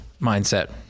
mindset